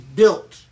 built